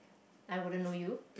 I wouldn't know you